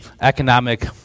economic